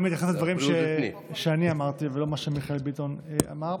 אני מתייחס לדברים שאני אמרתי ולא למה שמיכאל ביטון אמר.